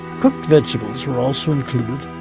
cooked vegetables were also included,